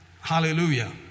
Hallelujah